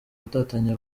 gutatanya